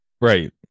Right